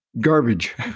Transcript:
garbage